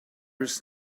was